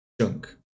junk